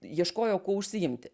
ieškojo kuo užsiimti